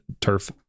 turf